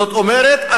זאת אומרת,